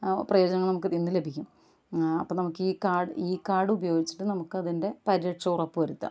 പ്രയോജനങ്ങൾ നമ്മൾക്ക് ഇതിന്ന് ലഭിക്കും അപ്പോൾ നമുക്ക് ഈ കാർഡ് ഉപയോഗിച്ചിട്ട് നമുക്ക് അതിൻ്റെ പരിരക്ഷ ഉറപ്പു വരുത്താം